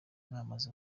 mwamaze